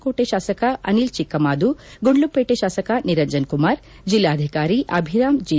ಕೋಟಿ ಶಾಸಕ ಅನಿಲ್ ಚಿಕ್ಕಮಾದು ಗುಂಡ್ಲುಪೇಟೆ ಶಾಸಕ ನಿರಂಜನ್ ಕುಮಾರ್ ಜಿಲ್ಲಾಧಿಕಾರಿ ಅಭಿರಾಮ್ ಜಿ